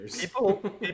People